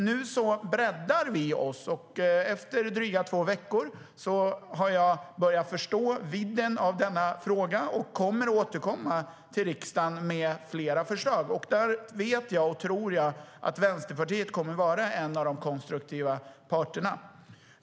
Nu breddar vi oss, och efter dryga två veckor har jag börjat förstå vidden av denna fråga och kommer att återkomma till riksdagen med fler förslag. Där vet jag att Vänsterpartiet kommer att vara en konstruktiv part.